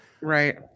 Right